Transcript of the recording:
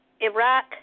Iraq